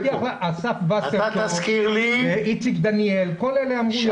אסף וסרצוג, איציק דניאל, כל אלה אמורים לבוא.